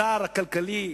השר הכלכלי,